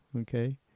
Okay